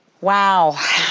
Wow